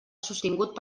sostingut